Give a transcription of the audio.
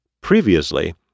Previously